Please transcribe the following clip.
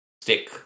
stick-